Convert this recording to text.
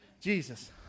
Jesus